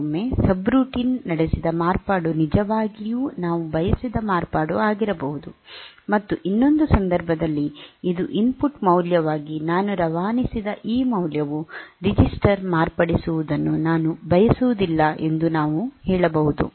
ಕೆಲವೊಮ್ಮೆ ಸಬ್ರುಟೀನ್ ನಡೆಸಿದ ಮಾರ್ಪಾಡು ನಿಜವಾಗಿಯೂ ನಾವು ಬಯಸಿದ ಮಾರ್ಪಾಡು ಆಗಿರಬಹುದು ಮತ್ತು ಇನ್ನೊಂದು ಸಂದರ್ಭದಲ್ಲಿ ಇದು ಇನ್ಪುಟ್ ಮೌಲ್ಯವಾಗಿ ನಾನು ರವಾನಿಸಿದ ಈ ಮೌಲ್ಯವು ರಿಜಿಸ್ಟರ್ ಮಾರ್ಪಡಿಸುವುದನ್ನು ನಾನು ಬಯಸುವುದಿಲ್ಲ ಎಂದು ನಾವು ಹೇಳಬಹುದು